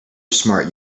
smart